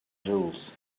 jewels